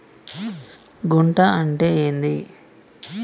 గుంట అంటే ఏంది?